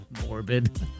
Morbid